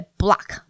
block